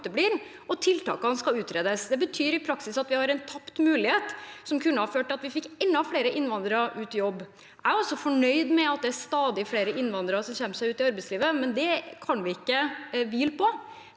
og tiltakene skal utredes. Det betyr i praksis at vi har en tapt mulighet som kunne ha ført til at vi fikk enda flere innvandrere ut i jobb. Jeg er også fornøyd med at det er stadig flere innvandrere som kommer seg ut i arbeidslivet, men det kan vi ikke hvile på.